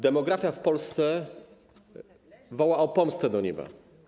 Demografia w Polsce woła o pomstę do nieba.